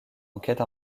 enquête